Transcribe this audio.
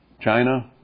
China